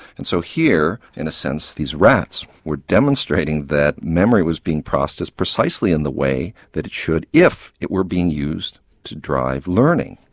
and so here in a sense these rats were demonstrating that memory was being processed precisely in the way that it should if it were being used to drive learning.